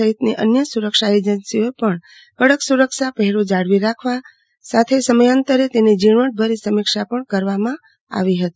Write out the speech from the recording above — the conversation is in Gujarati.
સફીત ની અન્ય સુરક્ષા એજન્સીઓએ પણ કડક સુરક્ષા પફેરો જાળવી રાખવા સાથે સમયાતરે તેની ઝીણવટભરી સમીક્ષા પણ કરવામાં આવી હતી